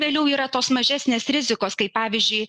vėliau yra tos mažesnės rizikos kai pavyzdžiui